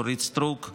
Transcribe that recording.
אורית סטרוק,